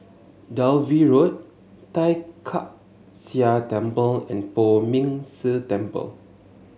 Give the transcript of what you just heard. Dalvey Road Tai Kak Seah Temple and Poh Ming Tse Temple